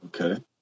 Okay